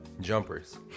jumpers